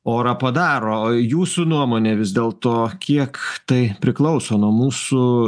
orą padaro jūsų nuomone vis dėlto kiek tai priklauso nuo mūsų